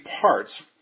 parts